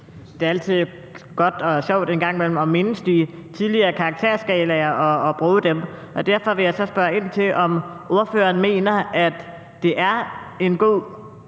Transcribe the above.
Det er altid godt og sjovt en gang imellem at mindes de tidligere karakterskalaer og bruge dem, og derfor vil jeg så spørge ind til, om ordføreren mener, at det er en god